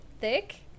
Thick